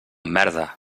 merda